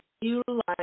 utilize